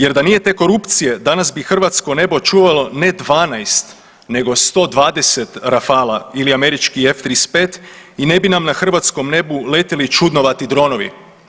Jer da nije te korupcije danas bi hrvatsko nebo čuvalo ne 12 nego 120 Rafale-a ili američki F35 i ne bi nam na hrvatskom nebu letili čudnovati dronovi.